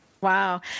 Wow